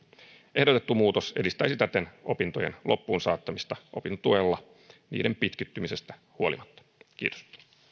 ehdotettu muutos edistäisi täten opintojen loppuun saattamista opintotuella niiden pitkittymisestä huolimatta kiitos